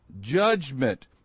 judgment